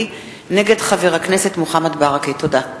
תודה.